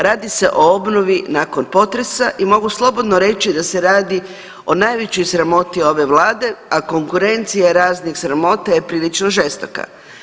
Radi se o obnovi nakon potresa i mogu slobodno reći da se radi o najvećoj sramoti ove Vlade, a konkurencija raznih sramota je prilično žestoka.